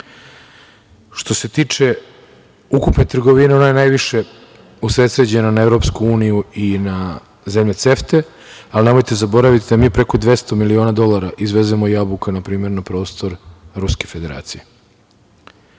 se tiče ukupne trgovine, ona je najviše usredsređena na EU i na zemlje CEFTE, ali nemojte zaboraviti da mi preko 200 miliona dolara izvezemo jabuka, na primer, na prostor Ruske Federacije. To